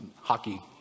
hockey